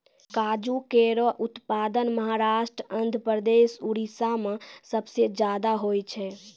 काजू केरो उत्पादन महाराष्ट्र, आंध्रप्रदेश, उड़ीसा में सबसे जादा होय छै